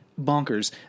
bonkers